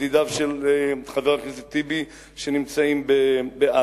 ידידיו של חבר הכנסת טיבי שנמצאים בעזה.